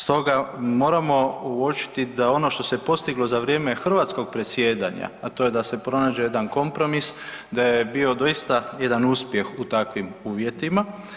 Stoga moramo uočiti da ono što se postiglo za vrijeme hrvatskog predsjedanja, a to je da se pronađe jedan kompromis, da je bio doista jedan uspjeh u takvim uvjetima.